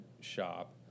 shop